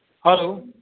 hello